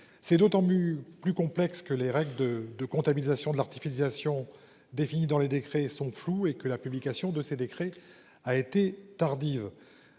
C'est d'autant MU plus complexe que les règles de de comptabilisation de l'artificialisation des dans les décrets sont floues et que la publication de ces décrets a été tardive.